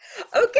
Okay